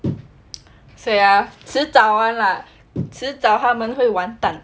so ya 迟早早 [one] lah 迟早他们会完蛋